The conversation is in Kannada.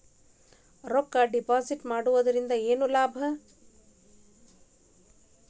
ರೊಕ್ಕ ಡಿಪಾಸಿಟ್ ಮಾಡುವುದರಿಂದ ಏನ್ ಲಾಭ?